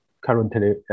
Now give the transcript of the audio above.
currently